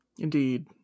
Indeed